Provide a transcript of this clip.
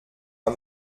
pas